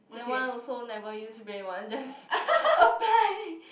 that one also never use brain one just apply